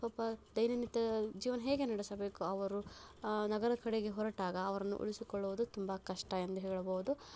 ಪಾಪ ದೈನನಿತ್ಯ ಜೀವನ ಹೇಗೆ ನಡೆಸಬೇಕು ಅವರು ನಗರ ಕಡೆಗೆ ಹೊರಟಾಗ ಅವರನ್ನು ಉಳಿಸಿಕೊಳ್ಳುವುದು ತುಂಬ ಕಷ್ಟ ಎಂದು ಹೇಳಬಹುದು